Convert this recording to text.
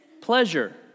pleasure